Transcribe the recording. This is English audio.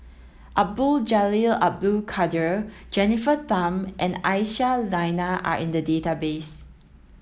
Abdul Jalil Abdul Kadir Jennifer Tham and Aisyah Lyana are in the database